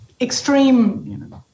extreme